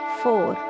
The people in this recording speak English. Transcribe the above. four